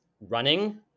running